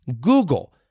Google